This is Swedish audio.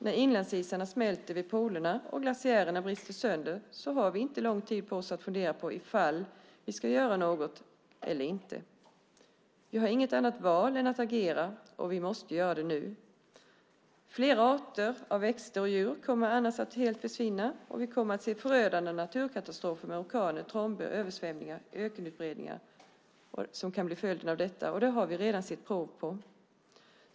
När inlandsisarna smälter vid polerna och glaciärerna går sönder har vi inte lång tid på oss att fundera ifall vi ska göra något eller inte. Vi har inget annat val än att agera, och vi måste göra det nu. Flera arter av växter och djur kommer annars att helt försvinna. Vi kommer att se förödande naturkatastrofer med orkaner, tromber, översvämningar och ökenutbredningar som kan bli följden av detta. Det har vi redan sett prov på.